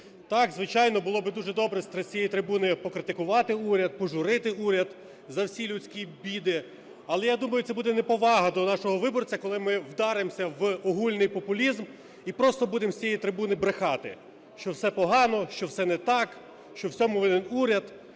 Так, звичайно, було б дуже добре з цієї трибуни покритикувати уряд, пожурити уряд за всі людські біди. Але я думаю, це буде неповага до нашого виборця, коли ми вдаримося в огульний популізм і просто будемо з цієї трибуни брехати, що все погано, все не так, що в усьому винен уряд